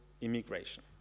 immigration